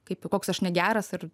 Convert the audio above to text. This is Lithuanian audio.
kaip koks aš negeras ir